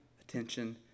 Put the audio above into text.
attention